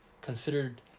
considered